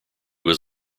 was